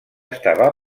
estava